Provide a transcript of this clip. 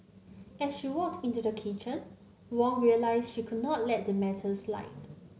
as she walked into the kitchen Wong realised she could not let the matter slide